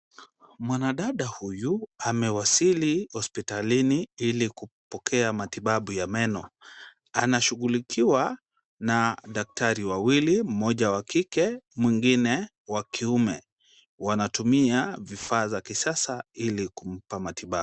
Mwanadada huyu amewasili hospitalini ili kupokea matibabu ya meno. Anashughulikiwa na daktari wawili mmoja wa kike mwingine wa kiume. Wanatumia vifaa vya kisasa ili kumpa matibabu.